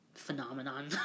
phenomenon